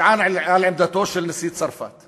עלה על הבמה הזאת והכר באמת